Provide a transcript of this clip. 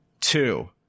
two